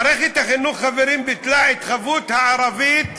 מערכת החינוך, חברים, ביטלה את חובת הערבית,